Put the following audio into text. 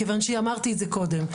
מכיוון שאמרתי את זה קודם,